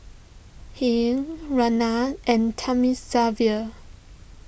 Hri Ramnath and Thamizhavel